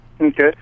Okay